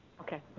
Okay